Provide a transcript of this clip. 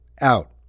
out